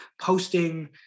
posting